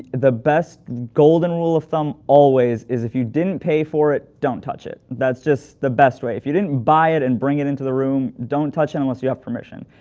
the best golden rule of thumb always is if you didn't pay for it, don't touch it. that's just the best way. if you didn't buy it and bring it into the room, don't touch it unless you have permission.